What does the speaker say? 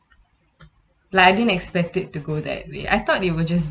like I didn't expect it to go that way I thought there'll just